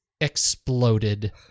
exploded